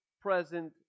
present